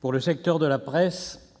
Pour le secteur de la presse,